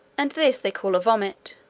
and this they call a vomit